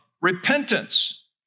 repentance